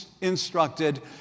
instructed